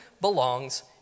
belongs